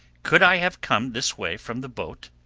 could i have come this way from the boat?